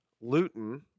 Luton